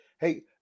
hey